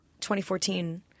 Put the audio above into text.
2014